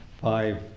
five